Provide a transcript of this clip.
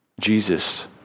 Jesus